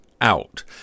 out